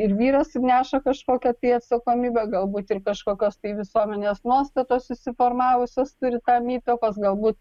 ir vyras neša kažkokią tai atsakomybę galbūt ir kažkokios tai visuomenės nuostatos susiformavusios turi tam įtakos galbūt